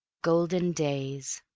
golden days